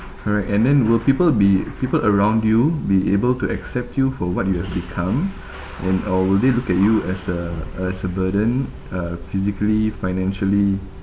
correct and then will people be people around you be able to accept you for what you have become and or will they look at you as a as a burden uh physically financially